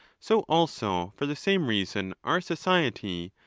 so also for the same reason are society,